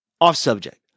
off-subject